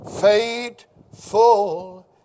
faithful